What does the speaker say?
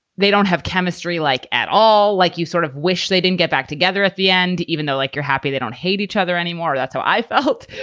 they don't have chemistry like at all, like you sort of wish they didn't get back together at the end, even though, like, you're happy, they don't hate each other anymore. that's how i felt.